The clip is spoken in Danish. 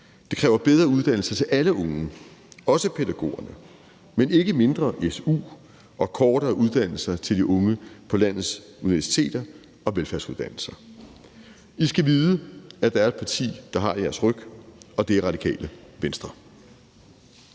Det kræver bedre uddannelser til alle unge, også pædagogerne, men ikke mindre su og kortere uddannelser til de unge på landets universiteter og velfærdsuddannelser. I skal vide, at der er et parti, der har jeres ryg, og det er Radikale Venstre.